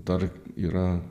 dar yra